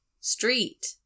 Street